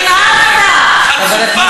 נמאסת, נמאסת, חצופה.